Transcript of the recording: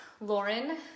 Lauren